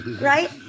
Right